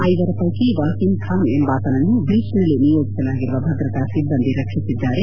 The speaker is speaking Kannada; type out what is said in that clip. ಐವರ ಪೈಕಿ ವಾಸಿಮ್ ಖಾನ್ ಎಂಬಾತನನ್ನು ಬೀಚ್ ನಲ್ಲಿ ನಿಯೋಜಿಸಲಾಗಿರುವ ಭದ್ರತಾ ಸಿಬ್ದಂದಿ ರಕ್ಷಿಸಿದ್ದಾರೆ